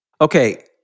Okay